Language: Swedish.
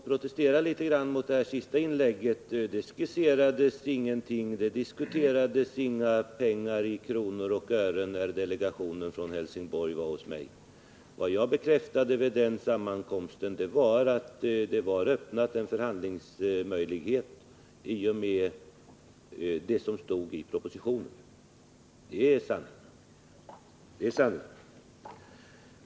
Fru talman! Tillåt mig att protestera litet mot det senaste inlägget. Det diskuterades inga pengar i kronor och ören när delegationen från Helsingborg var hos mig. Vad jag bekräftade vid den sammankomsten var att det öppnats en förhandlingsmöjlighet i och med det som stod i propositionen. Det är sanningen.